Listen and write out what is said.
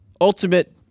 ultimate